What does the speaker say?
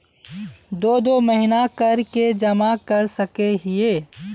दो दो महीना कर के जमा कर सके हिये?